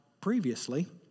previously